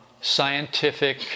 scientific